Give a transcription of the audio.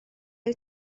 wyt